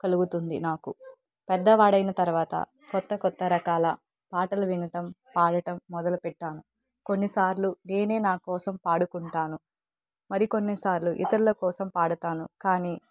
కలుగుతుంది నాకు పెద్దవాడైన తర్వాత కొత్త కొత్త రకాల పాటలు వినటం పాడటం మొదలు పెట్టాను కొన్నిసార్లు నేనే నా కోసం పాడుకుంటాను మరికన్నిసార్లు ఇతరుల కోసం పాడతాను కానీ